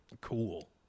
Cool